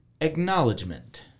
acknowledgement